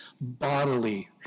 bodily